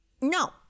No